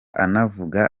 anavuga